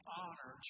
honor